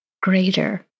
greater